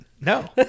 No